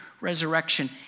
resurrection